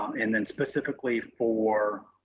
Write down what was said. um and then specifically for